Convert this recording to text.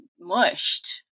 mushed